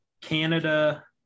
Canada